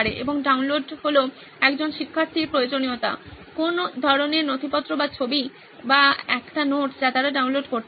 এবং ডাউনলোড হলো একজন শিক্ষার্থীর প্রয়োজনীয়তা কোন ধরনের নথিপত্র বা ছবি বা একটি নোট যা তারা ডাউনলোড করতে চায়